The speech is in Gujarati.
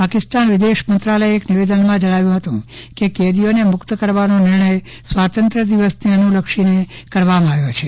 પાકિસ્તાન વિદેશ મંત્રાલયે એક નિવેદનમાં જણાવ્યું હતું કે કેદીઓને મુક્ત કરવાનો નિર્ણય સ્વાતંત્ર્ય દિવસને અનુલક્ષીને કરવામાં આવ્યો છે